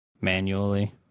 manually